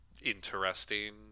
interesting